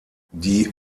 die